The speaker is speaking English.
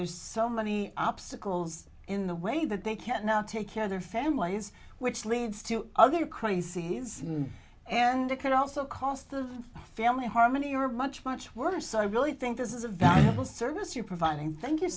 there's so many obstacles in the way that they can now take care of their families which leads to other crises and it can also cost the family harmony or much much worse so i really think this is a valuable service you're providing thank you